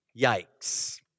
yikes